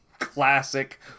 classic